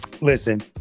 Listen